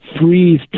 freeze